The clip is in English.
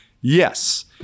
Yes